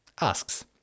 asks